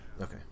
Okay